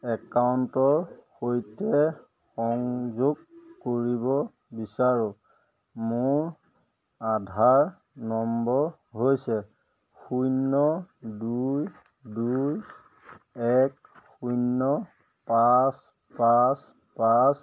একাউণ্টৰ সৈতে সংযোগ কৰিব বিচাৰোঁ মোৰ আধাৰ নম্বৰ হৈছে শূন্য দুই দুই এক শূন্য পাঁচ পাঁচ পাঁচ